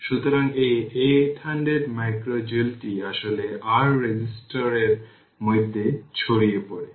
সুতরাং এই 800 মাইক্রো জুলটি আসলে r রেজিস্টর এর মধ্যে ছড়িয়ে পড়ে